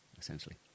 essentially